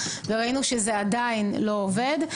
וראינו שזה עדיין לא עובד.